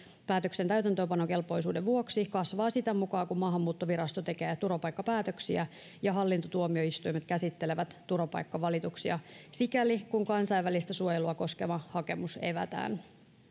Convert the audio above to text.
täytäntöönpanokelpoisuuden vuoksi kasvaa sitä mukaa kun maahanmuuttovirasto tekee turvapaikkapäätöksiä ja hallintotuomioistuimet käsittelevät turvapaikkavalituksia sikäli kun kansainvälistä suojelua koskeva hakemus evätään